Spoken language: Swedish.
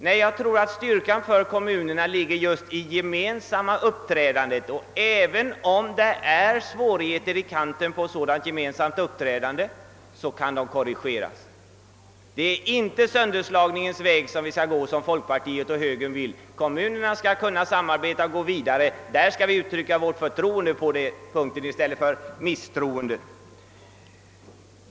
Nej, jag tror att kommunernas styrka ligger just i det gemensamma uppträdandet, och även om ett sådant medför vissa svårigheter kan dessa korrigeras. Det är inte sönderslagningens väg vi skall gå som folkpartiet och högern vill. Kommunerna skall kunna samarbeta och gå vidare. Vi skall uttrycka vårt förtroende i stället för vårt misstroende.